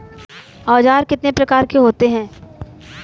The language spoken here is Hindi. औज़ार कितने प्रकार के होते हैं?